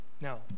Now